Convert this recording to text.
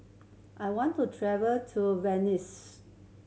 I want to travel to